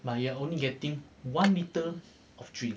but you're only getting one litre of drink